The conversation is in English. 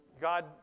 God